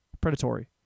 Predatory